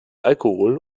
alkohol